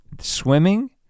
swimming